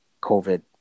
COVID